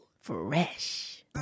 Fresh